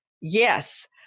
yes